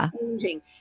changing